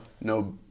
no